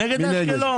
נגד אשקלון.